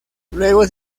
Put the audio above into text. luego